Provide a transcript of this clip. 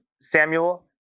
Samuel